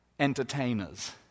entertainers